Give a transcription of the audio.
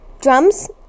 drums